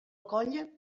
colla